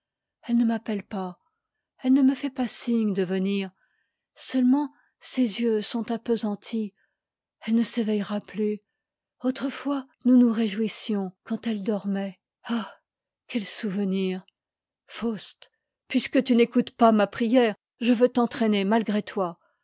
elle ne m'appelle pas elle ne me fait pas signe de venir seulement ses yeux sont appesantis elle ne s éveillera plus autrefois nous nous réjouissions quand elle dor mait ah que souvenir puisque tu n'écoutes pas ma prière je veux u t'entraîner matgré toi